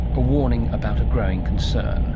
a warning about a growing concern